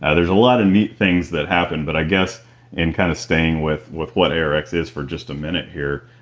and there is a lot of neat things that happen, but i guess in kind of staying with with what arx is for just a minute here,